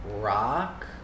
rock